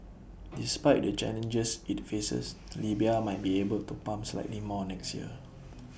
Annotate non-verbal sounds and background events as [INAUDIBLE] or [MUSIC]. despite the challenges IT faces Libya [NOISE] might be able to pump slightly more next year